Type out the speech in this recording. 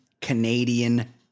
Canadian